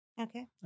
Okay